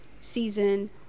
season